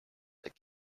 that